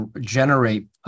generate